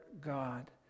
God